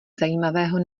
zajímavého